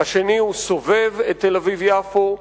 השני סובב את תל-אביב יפו,